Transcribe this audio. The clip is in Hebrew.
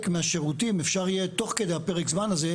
מהשירותים אפשר יהיה תוך כדי פרק הזמן הזה,